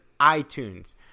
iTunes